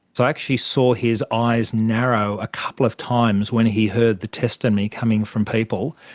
so actually saw his eyes narrow a couple of times when he heard the testimony coming from people.